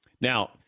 Now